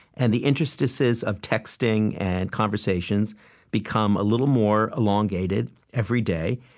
and the interstices of texting and conversations become a little more elongated every day,